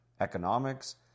economics